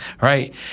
right